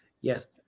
Yes